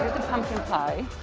the pumpkin pie.